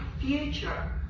future